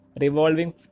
revolving